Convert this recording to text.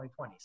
2020s